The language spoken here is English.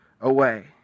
away